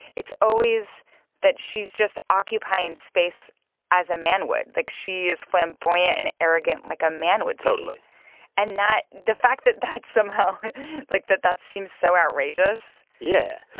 it's always that she's just occupying space as a man would. like, she is flamboyant and arrogant like a man would be totally and that the fact that that somehow like that that seems so outrageous. yeah.